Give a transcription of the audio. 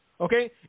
okay